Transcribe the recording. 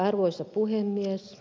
arvoisa puhemies